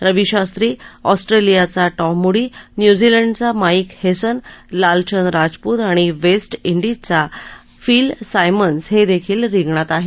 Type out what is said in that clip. रवी शास्त्री ऑस्ट्रेलियाचा Tom Moody न्यूझीलंडचा Mike Hesson Lalchand Rajput आणि वेस्ट डिजचा फिल सायमन्स हेदेखील रिंगणात आहेत